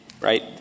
right